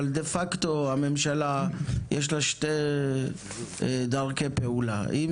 אבל דה פקטו לממשלה יש שתי דרכי פעולה: אם